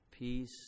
peace